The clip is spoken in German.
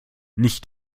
nicht